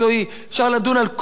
אפשר לדון על כל הפרטים,